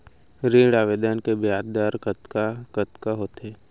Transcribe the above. ऋण आवेदन के ब्याज दर कतका कतका होथे?